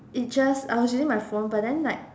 it just I was using my phone but then like